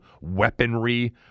weaponry